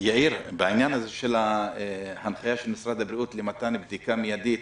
בעניין ההנחיה של משרד הבריאות למתן בדיקה מידית